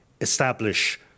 establish